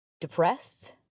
depressed